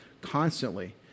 constantly